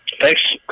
thanks